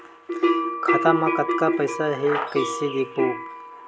खाता मा कतका पईसा हे कइसे देखबो?